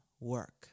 work